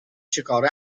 چیکاره